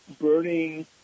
burning